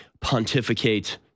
pontificate